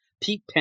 Pete